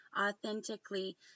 authentically